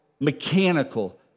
mechanical